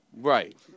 Right